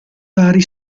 vari